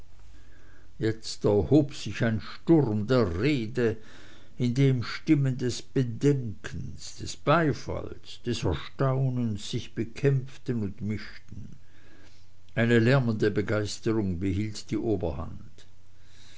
jetzt erhob sich ein sturm der rede in dem stimmen des bedenkens des beifalls des erstaunens sich bekämpften und mischten eine lärmende begeisterung behielt die oberhand